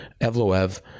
Evloev